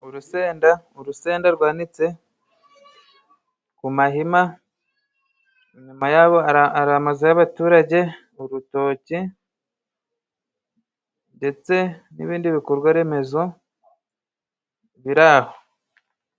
Urusenda urusenda rwanitse ku mahema inyuma yabo hari amazu y'abaturage, urutoke ndetse n'ibindi bikorwa remezo biraho.